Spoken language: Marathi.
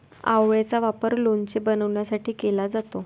आवळेचा वापर लोणचे बनवण्यासाठी केला जातो